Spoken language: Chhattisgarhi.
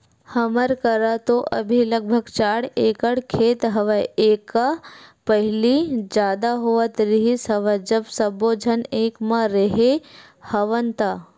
हमर करा तो अभी लगभग चार एकड़ खेत हेवय कका पहिली जादा होवत रिहिस हवय जब सब्बो झन एक म रेहे हवन ता